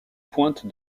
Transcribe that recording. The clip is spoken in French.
pointes